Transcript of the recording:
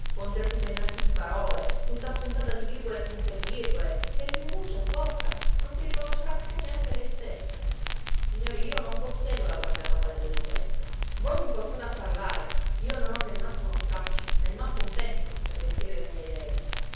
con certi pennacchi di parole tutta appuntata di virgole e punt'e virgole che l'ideguccia sporca non si riconoscerà più neanche lei stessa signori io non possiedo la guardaroba dell'eloquenza voi mi forzate a parlare io non ho nemmanco uno straccio nemmanco un cencio per vestire le mie ideghe